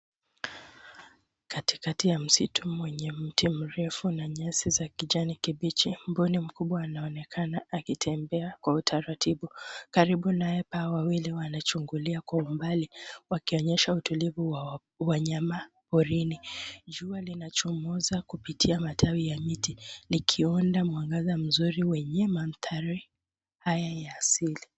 Katikati ya msitu mwenye mti mrefu na nyasi za kijani kibichi. Mbuni mkubwa anaonekana akitembea kwa utaratibu. Karibu naye, paa wawili wanachungulia kwa umbali wakionyesha utulivu wa wanyama porini. Jua linachomoza kupitia matawi ya miti likiunda mwangaza mzuri wenye mandhari haya ya asili.